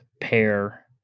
pair